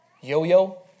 yo-yo